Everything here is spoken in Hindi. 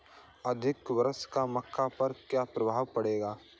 अधिक वर्षा का मक्का पर क्या प्रभाव पड़ेगा?